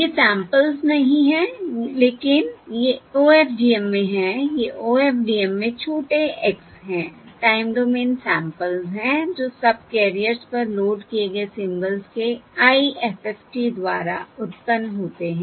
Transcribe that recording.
ये सैंपल्स नहीं हैं लेकिन ये OFDM में हैं ये OFDM में छोटे x हैं टाइम डोमेन सैंपल्स हैं जो सबकैरियर्स पर लोड किए गए सिंबल्स के IFFT द्वारा उत्पन्न होते हैं